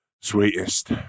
sweetest